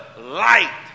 light